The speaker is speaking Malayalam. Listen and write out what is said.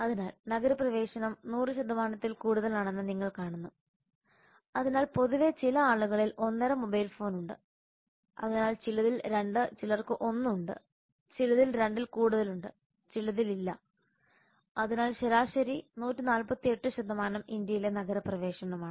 അതിനാൽ നഗരപ്രവേശനം 100ൽ കൂടുതലാണെന്ന് നിങ്ങൾ കാണുന്നു അതിനാൽ പൊതുവെ ചില ആളുകളിൽ ഒന്നര മൊബൈൽ ഫോൺ ഉണ്ട് അതിനാൽ ചിലതിൽ 2 ചിലർക്ക് 1 ഉണ്ട് ചിലതിൽ 2 ൽ കൂടുതലുണ്ട് ചിലതിൽ ഇല്ല അതിനാൽ ശരാശരി 148 ഇന്ത്യയിലെ നഗരപ്രവേശനമാണ്